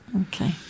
okay